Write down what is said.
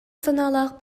санаалаах